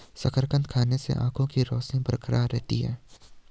शकरकंद खाने से आंखों के रोशनी बरकरार रहती है